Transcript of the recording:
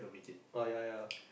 oh ya ya